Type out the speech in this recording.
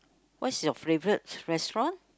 what is your favourite restaurant